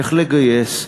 איך לגייס,